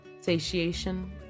satiation